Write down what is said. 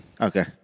Okay